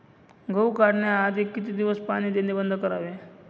गहू काढण्याआधी किती दिवस पाणी देणे बंद करावे?